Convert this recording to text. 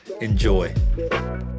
Enjoy